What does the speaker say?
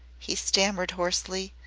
he stammered hoarsely,